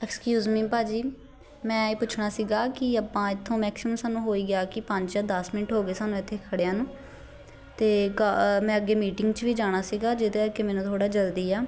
excuse me ਭਾਅ ਜੀ ਮੈਂ ਇਹ ਪੁੱਛਣਾ ਸੀਗਾ ਕਿ ਆਪਾਂ ਇੱਥੋਂ ਮੈਕਸੀਮਮ ਸਾਨੂੰ ਹੋਈ ਗਿਆ ਕਿ ਪੰਜ ਜਾਂ ਦਸ ਮਿੰਟ ਹੋ ਗਏ ਸਾਨੂੰ ਇੱਥੇ ਖੜ੍ਹਿਆਂ ਨੂੰ ਅਤੇ ਗਾ ਮੈਂ ਅੱਗੇ ਮੀਟਿੰਗ 'ਚ ਵੀ ਜਾਣਾ ਸੀਗਾ ਜਿਹਦਾ ਕਿ ਮੈਨੂੰ ਥੋੜ੍ਹਾ ਜਲਦੀ ਆ